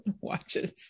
watches